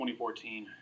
2014